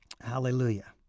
Hallelujah